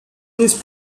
these